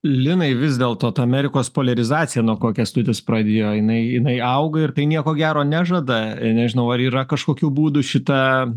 linai vis dėlto ta amerikos poliarizacija nuo ko kęstutis pradėjo jinai jinai auga ir tai nieko gero nežada nežinau ar yra kažkokių būdų šitą